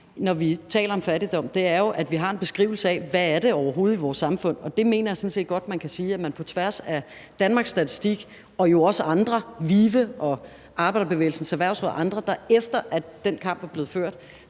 når vi taler om fattigdom, er, at vi har en beskrivelse af, hvad det overhovedet er i vores samfund. Og jeg mener sådan set godt, man kan sige, at Danmarks Statistik og også andre, VIVE, Arbejderbevægelsens Erhvervsråd og andre, efter den kamp er blevet ført,